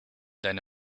deine